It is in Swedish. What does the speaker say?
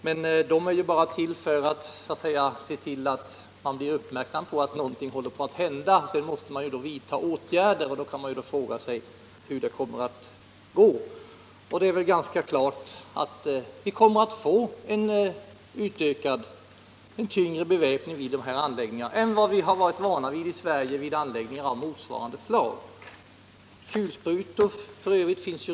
Men de är ju bara till för att man skall bli uppmärksam på att någonting håller på att hända. Sedan måste man vidta åtgärder. Och då kan man fråga sig hur det kommer att ske. Det är väl ganska klart att vi kommer att få en utökad och tyngre beväpning vid de här anläggningarna än vad vi är vana vid i Sverige vid anläggningar av motsvarande slag. Kulsprutor finns f.ö.